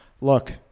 Look